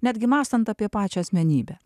netgi mąstant apie pačią asmenybę